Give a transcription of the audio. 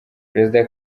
perezida